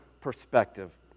perspective